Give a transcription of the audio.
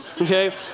Okay